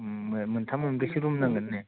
ओम मोनथाम मोनब्रैसो रुम नांगोन ने